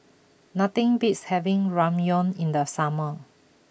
nothing beats having Ramyeon in the summer